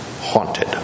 haunted